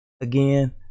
again